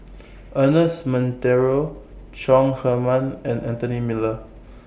Ernest Monteiro Chong Heman and Anthony Miller